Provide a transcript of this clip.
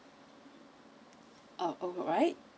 uh alright